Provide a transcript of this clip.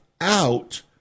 Out